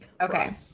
Okay